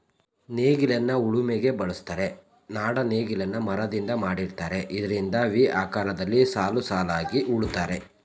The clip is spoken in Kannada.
ನೇಗಿಲನ್ನ ಉಳಿಮೆಗೆ ಬಳುಸ್ತರೆ, ನಾಡ ನೇಗಿಲನ್ನ ಮರದಿಂದ ಮಾಡಿರ್ತರೆ ಇದರಿಂದ ವಿ ಆಕಾರದಲ್ಲಿ ಸಾಲುಸಾಲಾಗಿ ಉಳುತ್ತರೆ